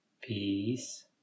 Peace